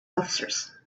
officers